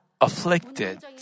afflicted